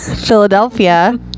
Philadelphia